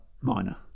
minor